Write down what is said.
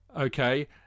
okay